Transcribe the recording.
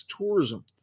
tourism